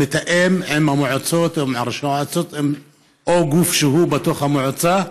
מתאם עם המועצות או עם גוף שהוא בתוך המועצה,